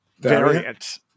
variant